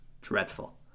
Dreadful